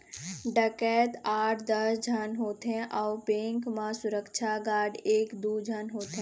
डकैत आठ दस झन होथे अउ बेंक म सुरक्छा गार्ड एक दू झन होथे